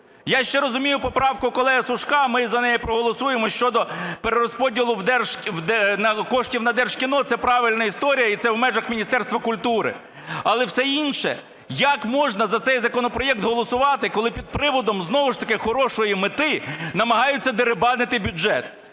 Я ще розумію поправку колеги Сушка, ми за неї проголосуємо, щодо перерозподілу коштів на Держкіно. Це правильна історія і це в межах Міністерства культури. Але все інше… Як можна за цей законопроект голосувати, коли під приводом знову ж таки хорошої мети намагаються дерибанити бюджет.